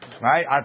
Right